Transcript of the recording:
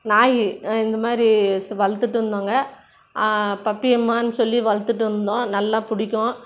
நாய் இந்த மாதிரி வளர்த்துட்டு இருந்தோம்ங்க பப்பியம்மானு சொல்லி வளர்த்துட்டு இருந்தோம் நல்லா பிடிக்கும்